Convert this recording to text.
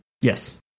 Yes